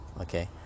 Okay